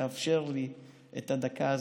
לאפשר לי את הדקה הזאת.